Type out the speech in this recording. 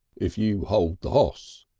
if you'll hold the hoss.